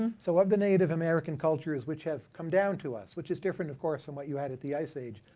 and so of the native america cultures which have come down to us, which is different, of course, from what you had at the ice age,